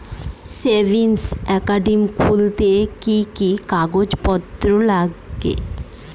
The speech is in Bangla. সেভিংস একাউন্ট খুলতে কি কি কাগজপত্র লাগে?